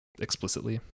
explicitly